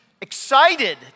excited